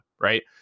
right